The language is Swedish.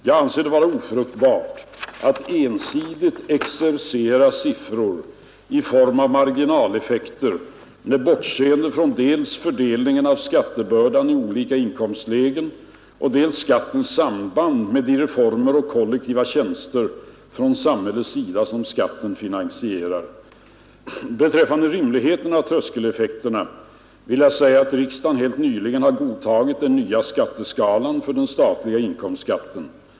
Jag anser det vara ofruktbart att ensidigt exercera siffror i form av marginaleffekter, med bortseende från dels fördelningen av skattebördan i olika inkomstlägen, dels skattens samband med de reformer och kollektiva tjänster från samhällets sida som skatten finansierar. Beträffande rimligheten av tröskeleffekterna vill jag säga att riksdagen helt nyligen har godtagit den nya skatteskalan för den statliga inkomstskatten.